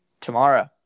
tomorrow